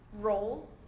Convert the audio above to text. role